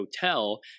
hotel